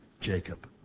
Jacob